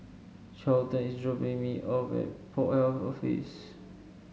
Charlton is dropping me off at Port Health Office